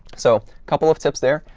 so, couple of tips there.